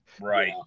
right